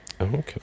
Okay